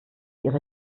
ihre